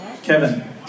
Kevin